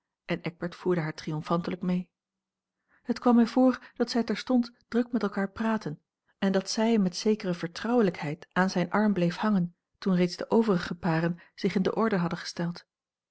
en eckbert voerde haar triomfantelijk mee het kwam mij voor dat zij terstond druk met elkaar praatten en dat zij met zekere vertrouwelijkheid aan zijn arm bleef hangen toen reeds de overige paren zich in de orde hadden gesteld